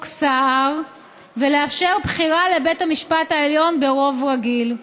סער ולאפשר בחירה לבית המשפט העליון ברוב רגיל.